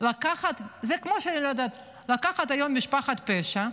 זה כמו לקחת היום משפחת פשע,